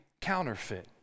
counterfeit